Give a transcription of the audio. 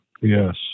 Yes